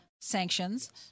sanctions